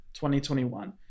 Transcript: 2021